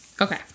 Okay